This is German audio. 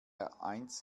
eins